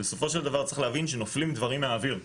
בסופו של דבר צריך להבין שנופלים דברים מהאוויר,